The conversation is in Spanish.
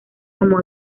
como